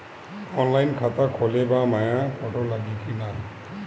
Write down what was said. Online खाता खोलबाबे मे फोटो लागि कि ना?